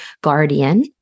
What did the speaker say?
guardian